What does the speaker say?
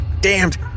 damned